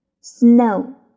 snow